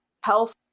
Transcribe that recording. health